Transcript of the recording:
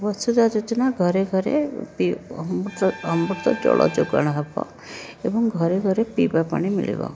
ବସୁଦା ଯୋଜନା ଘରେ ଘରେ ପି ଅମୃତ ଅମୃତ ଜଳ ଯୋଗାଣ ହବ ଏବଂ ଘରେ ଘରେ ପିଇବା ପାଣି ମିଳିବ